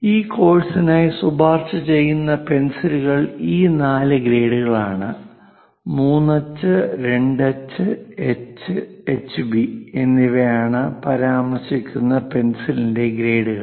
ഈ കോഴ്സിനായി ശുപാർശ ചെയ്യുന്ന പെൻസിലുകൾ ഈ നാല് ഗ്രേഡുകളാണ് 3 H 2 H H HB 3H 2H H HB എന്നിവ ആണ് പരാമർശിക്കുന്ന പെൻസിലിന്റെ ഗ്രേഡുകൾ